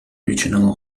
regional